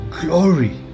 glory